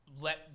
let